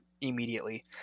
immediately